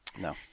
No